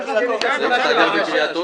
אתה גר בקרית אונו?